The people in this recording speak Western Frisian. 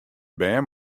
bern